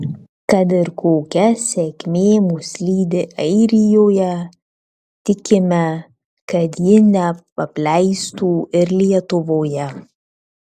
kad ir kokia sėkmė mus lydi airijoje tikime kad ji neapleistų ir lietuvoje